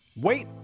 Wait